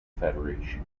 federation